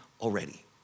already